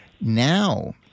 now